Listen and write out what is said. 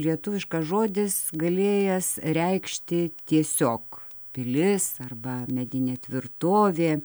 lietuviškas žodis galėjęs reikšti tiesiog pilis arba medinė tvirtovė